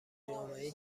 جامعهای